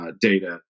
data